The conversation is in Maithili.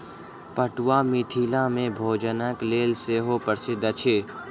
पटुआ मिथिला मे भोजनक लेल सेहो प्रसिद्ध अछि